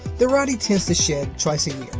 the rottie tends to shed twice a year.